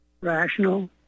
rational